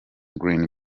green